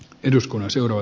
eduskunta seuraa